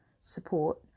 support